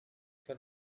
for